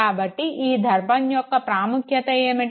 కాబట్టి ఈ ధర్మం యొక్క ప్రాముఖ్యత ఏమిటి